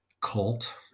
cult